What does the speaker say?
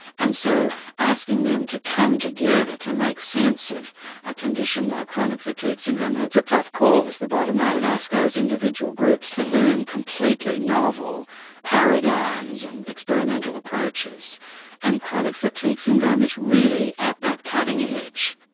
and so asking them to come together to make sense of a condition like chronic fatigue syndrome, that's a tough call is the bottom line. it's asking those individual groups to learn completely novel paradigms and experimental approaches and chronic fatigue syndrome is really at that cutting edge.